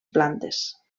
plantes